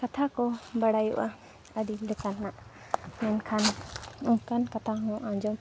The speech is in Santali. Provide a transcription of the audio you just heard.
ᱠᱟᱛᱷᱟ ᱠᱚ ᱵᱟᱲᱟᱭᱚᱜᱼᱟ ᱟᱹᱰᱤ ᱞᱮᱠᱟᱱᱟᱜ ᱢᱮᱱᱠᱷᱟᱱ ᱚᱱᱠᱟᱱ ᱠᱟᱛᱷᱟ ᱦᱚᱸ ᱟᱸᱡᱚᱢ